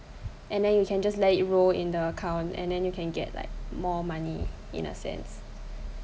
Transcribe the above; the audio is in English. and then you can just let it roll in the account and then you can get like more money in a sense